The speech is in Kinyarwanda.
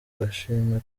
gashimwe